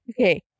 Okay